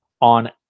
on